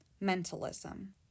mentalism